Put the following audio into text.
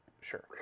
Sure